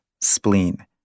spleen